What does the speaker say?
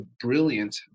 brilliant